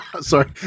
Sorry